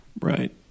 Right